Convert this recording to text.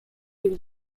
tych